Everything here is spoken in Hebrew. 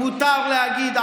מותר להגיד "ערבי"